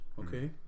okay